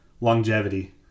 longevity